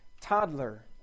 toddler